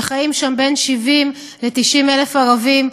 שחיים שם בין 70,000 ל-90,000 ערבים,